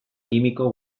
kimiko